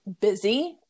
busy